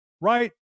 right